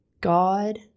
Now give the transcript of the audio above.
God